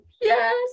Yes